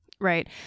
Right